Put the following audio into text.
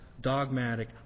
dogmatic